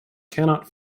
cannot